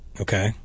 Okay